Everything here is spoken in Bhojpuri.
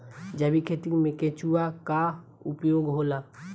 जैविक खेती मे केचुआ का उपयोग होला?